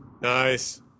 Nice